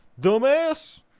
Dumbass